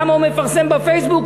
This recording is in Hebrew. למה הוא מפרסם בפייסבוק?